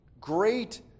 great